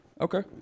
Okay